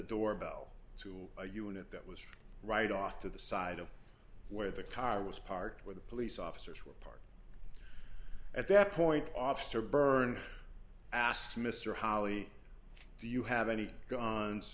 doorbell to a unit that was right off to the side of where the car was parked where the police officers were at that point officer byrne asked mr holley do you have any guns